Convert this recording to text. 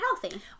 healthy